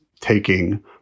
taking